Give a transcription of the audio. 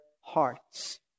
hearts